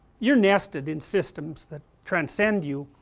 you are nested in systems that transcend you,